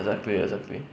exactly exactly